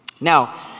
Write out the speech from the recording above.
Now